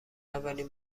اولین